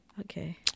Okay